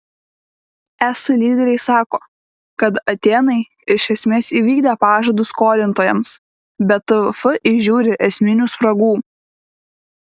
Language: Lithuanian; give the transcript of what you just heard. es lyderiai sako kad atėnai iš esmės įvykdė pažadus skolintojams bet tvf įžiūri esminių spragų